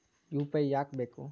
UPI ಯಾಕ್ ಬೇಕು?